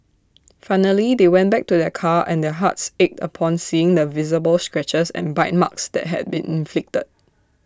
finally they went back to their car and their hearts ached upon seeing the visible scratches and bite marks that had been inflicted